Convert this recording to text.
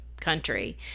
country